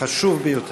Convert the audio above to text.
חשוב ביותר.